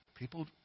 People